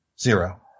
Zero